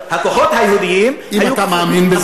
היו, הכוחות היהודיים היו, אם אתה מאמין בזה,